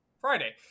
Friday